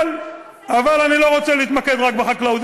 אבל אני לא רוצה להתמקד רק בחקלאות,